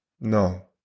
No